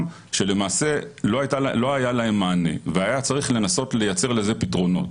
כשלמעשה לא היה להם מענה והיה צריך לנסות לייצר לזה פתרונות.